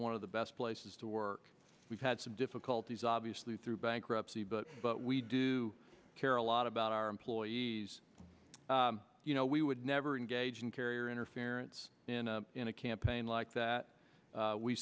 one of the best places to work we've had some difficulties obviously through bankruptcy but but we do care a lot about our employees you know we would never engage in carrier interference in a campaign like that